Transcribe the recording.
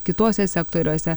kituose sektoriuose